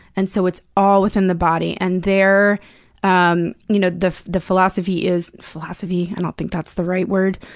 and so it's all within the body. and they're um you know the the philosophy is philosophy? i don't think that's the right word.